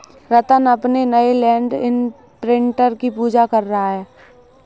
रत्न अपने नए land imprinter की पूजा कर रहा है